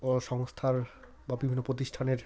ও সংস্থার বা বিভিন্ন প্রতিষ্ঠানের